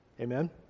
Amen